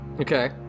Okay